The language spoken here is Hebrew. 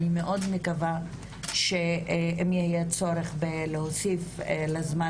אני מאוד מקווה שאם יהיה צורך להוסיף לזמן